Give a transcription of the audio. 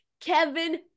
Kevin